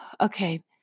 okay